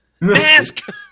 Mask